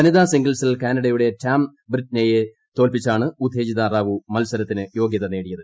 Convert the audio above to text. വനിതാ സിംഗിൾസിൽ കാനഡയുടെ റ്റാം ബ്രിറ്റ്നെയെ തോല്പിച്ചാണ് ഉത്തേജിത റാവു മത്സരത്തിന് യോഗ്യത നേടിയത്